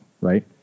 Right